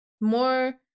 more